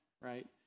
right